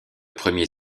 premier